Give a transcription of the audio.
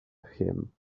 him